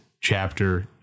chapter